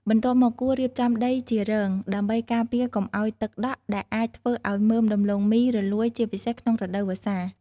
បន្ទាប់មក គួររៀបចំដីជារង ដើម្បីការពារកុំឱ្យទឹកដក់ដែលអាចធ្វើឱ្យមើមដំឡូងមីរលួយ ជាពិសេសក្នុងរដូវវស្សា។